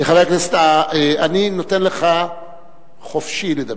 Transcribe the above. חבר הכנסת, אני נותן לך חופשי לדבר,